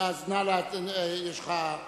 בבקשה.